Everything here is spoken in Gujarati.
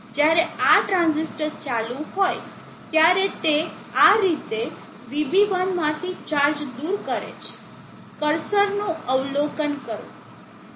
જ્યારે આ ટ્રાંઝિસ્ટર ચાલુ હોય ત્યારે તે આ રીતે VB1 માંથી ચાર્જ દૂર કરે છે કર્સરનું અવલોકન કરો